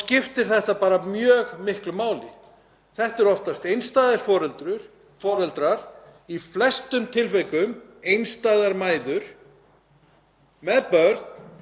með börn, sem hafa ákveðið að búa einhvers staðar þar sem er kannski aðeins ódýrara að búa. Þessir viðkomandi aðilar